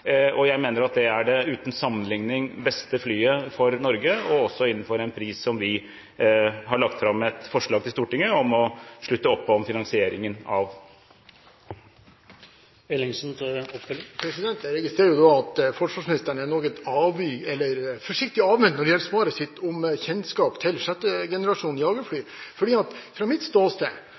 Jeg mener at det er det uten sammenligning beste flyet for Norge, og også innenfor en pris som vi har lagt fram et forslag til Stortinget om å slutte opp om finansieringen av. Jeg registrerer at forsvarsministeren er forsiktig avventende når det gjelder svaret sitt om kjennskap til sjette generasjons jagerfly. Sett fra mitt ståsted